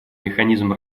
механизм